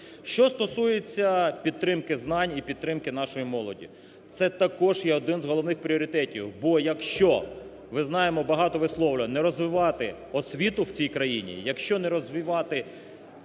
Що стосується підтримки знань і підтримки нашої молоді, це також є один з головних пріоритетів, бо якщо, ми знаємо багато висловлювань, не розвивати освіту в цій країні, якщо не розвивати